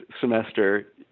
semester